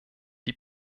die